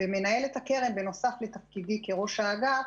אני מנהלת הקרן בנוסף לתפקידי כראש האגף.